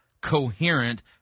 coherent